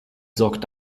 sorgt